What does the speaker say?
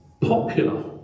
popular